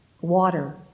water